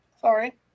Sorry